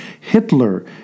Hitler